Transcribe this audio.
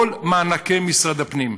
כל מענקי משרד הפנים,